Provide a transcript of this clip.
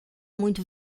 muito